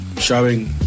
showing